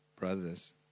Brothers